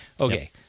Okay